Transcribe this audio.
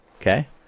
Okay